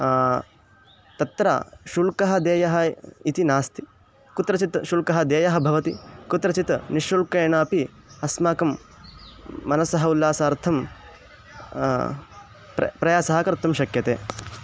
तत्र शुल्कः देयः इति नास्ति कुत्रचित् शुल्कः देयः भवति कुत्रचित् निःशुल्केनापि अस्माकं मनसः उल्लासार्थं प्र प्रयासः कर्तुं शक्यते